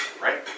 right